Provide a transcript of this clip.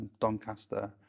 Doncaster